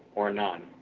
or none.